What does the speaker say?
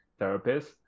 therapists